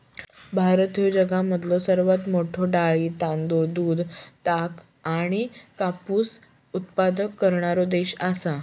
भारत ह्यो जगामधलो सर्वात मोठा डाळी, तांदूळ, दूध, ताग आणि कापूस उत्पादक करणारो देश आसा